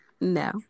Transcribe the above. No